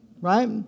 right